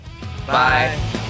bye